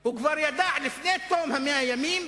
והוא כבר יודע, לפני תום 100 הימים,